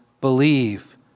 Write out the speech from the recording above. believe